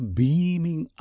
beaming